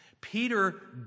Peter